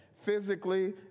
Physically